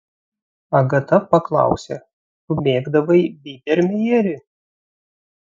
agata paklausė tu mėgdavai bydermejerį